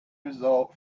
result